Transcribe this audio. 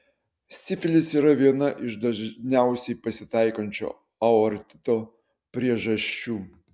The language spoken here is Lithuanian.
sifilis yra viena iš dažniausiai pasitaikančių aortito priežasčių